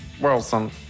Wilson